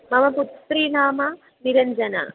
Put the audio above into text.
मम पुत्री नाम निरञ्जना